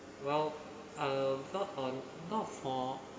well uh not on not for